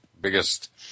biggest